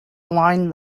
align